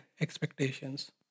expectations